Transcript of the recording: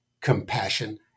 compassion